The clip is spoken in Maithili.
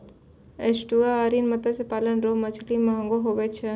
एस्टुअरिन मत्स्य पालन रो मछली महगो हुवै छै